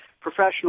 professional